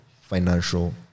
financial